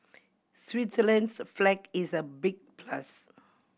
Switzerland's flag is a big plus